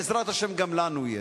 בעזרת השם גם לנו יהיה.